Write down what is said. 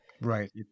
right